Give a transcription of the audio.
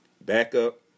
Backup